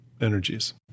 energies